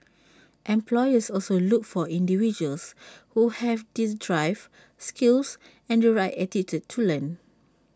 employers also look for individuals who have these drive skills and the right attitude to learn